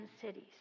cities